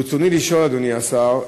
אדוני השר,